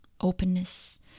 openness